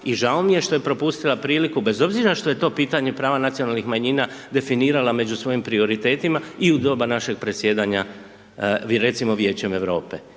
i žao mi je što je propustila priliku, bez obzira što je to pitanje prava nacionalnih manjina definirala među svojim prioritetima i u doba našeg predsjedanja, recimo Vijećem Europe.